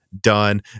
done